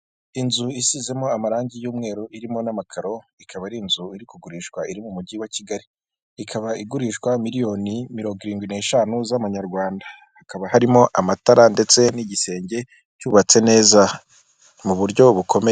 Inzu isizemo amarangi y'umweru irimo n'amakaro ikaba ari inzu iri kugurishwa iri mu mujyi wa kigali ikaba igurishwa miliyoni mirongo irindwi neshanu z'amanyarwanda. Hakaba harimo amatara ndetse n'igisenge cyubatse neza mu buryo bukomeye.